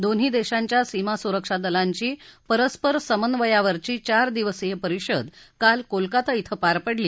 दोन्ही देशांच्या सीमासुरक्षा दलांची परस्पर समन्वया वरची चार दिवसीय परिषद काल कोलकत्ता श्विं पार पडली